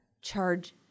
charge